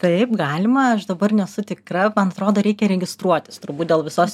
taip galima aš dabar nesu tikra man atrodo reikia registruotis turbūt dėl visos